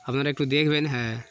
আপনারা একটু দেখবেন হ্যাঁ